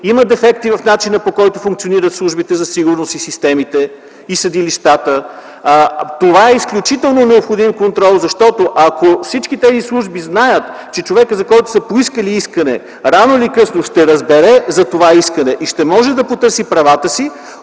има дефекти в начина, по който функционират службите за сигурност, системите и съдилищата. Това е изключително необходим контрол, защото ако всички тези служби знаят, че човекът, за който са направили искане, рано или късно ще разбере за него и ще може да потърси правата си,